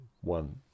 One